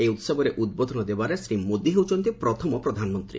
ଏହି ଉସବରେ ଉଦ୍ବୋଧନ ଦେବାରେ ଶ୍ରୀ ମୋଦି ହେଉଛନ୍ତି ପ୍ରଥମ ପ୍ରଧାନମନ୍ତ୍ରୀ